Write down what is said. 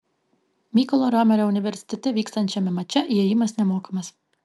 mykolo romerio universitete vyksiančiame mače įėjimas nemokamas